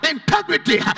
Integrity